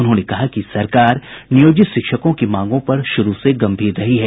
उन्होंने कहा कि सरकार नियोजित शिक्षकों की मांगों पर शुरू से गम्भीर रही है